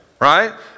right